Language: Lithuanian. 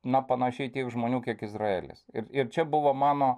na panašiai tiek žmonių kiek izraelis ir ir čia buvo mano